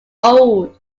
old